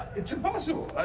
it's impossible.